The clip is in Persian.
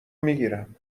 میگیرم